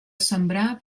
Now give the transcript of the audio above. sembrar